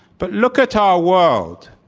but look at our world.